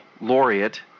laureate